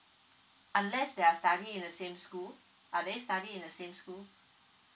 unless they are studying in the same school are they studying in the same school